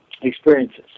experiences